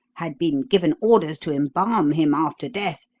had been given orders to embalm him after death,